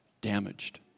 damaged